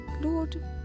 Lord